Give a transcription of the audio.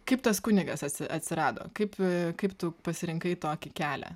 kaip tas kunigas atsi atsirado kaip kaip tu pasirinkai tokį kelią